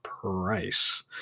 price